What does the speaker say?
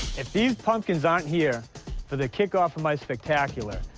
if these pumpkins aren't here for the kickoff of my spectacular,